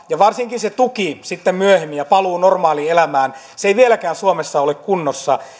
ja varsinkaan se tuki sitten myöhemmin ja paluu normaaliin elämään eivät vieläkään suomessa ole kunnossa